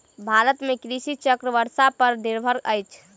भारत में कृषि चक्र वर्षा पर निर्भर अछि